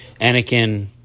Anakin